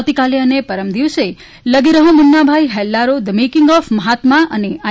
આવતીકાલે અને પરમ દિવસે Lage Raho Munnabhai Hellaro the making of Mahatma અને આઇ